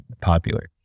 popular